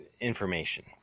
information